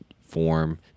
Form